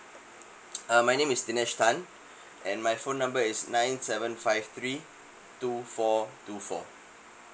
uh my name is dinesh tan and my phone number is nine seven five three two four two four